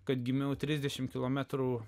kad gimiau trisdešim kilometrų